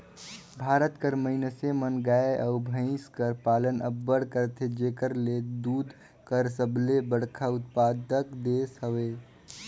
भारत कर मइनसे मन गाय अउ भंइस कर पालन अब्बड़ करथे जेकर ले दूद कर सबले बड़खा उत्पादक देस हवे